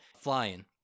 flying